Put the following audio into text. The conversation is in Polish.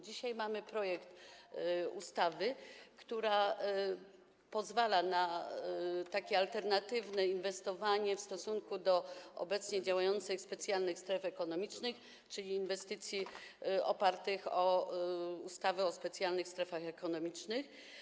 Dzisiaj mamy projekt ustawy, która pozwala na takie alternatywne inwestycje w stosunku do tych realizowanych w ramach obecnie działających specjalnych stref ekonomicznych, czyli inwestycji opartych o ustawę o specjalnych strefach ekonomicznych.